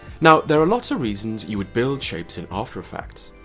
now there are lots of reasons you would build shapes in after effects,